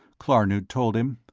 klarnood told him.